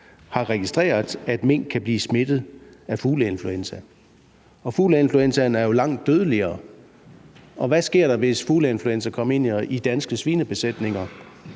har registreret, at mink kan blive smittet med fugleinfluenza, og fugleinfluenzaen er jo langt dødeligere. Og hvad sker der, hvis fugleinfluenza kommer ind i danske svinebesætninger?